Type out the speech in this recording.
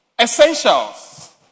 Essentials